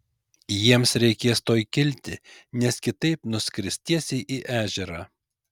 jiems reikės tuoj kilti nes kitaip nuskris tiesiai į ežerą